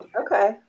Okay